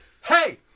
hey